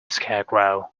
scarecrow